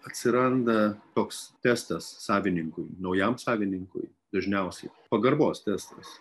atsiranda toks testas savininkui naujam savininkui dažniausiai pagarbos testas